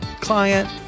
client